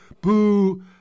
boo